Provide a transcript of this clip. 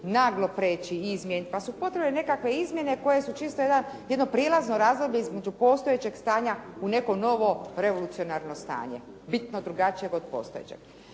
ne razumije./… pa su potrebne nekakve izmjene koje su čisto jedno prijelazno razdoblje između postojećeg stanja u neko novo revolucionarno stanje bitno drugačije od postojećeg.